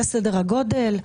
זה סדר הגודל.